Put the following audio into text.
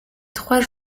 trois